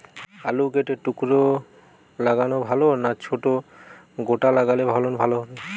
আলু কেটে টুকরো লাগালে ভাল না ছোট গোটা লাগালে ফলন ভালো হবে?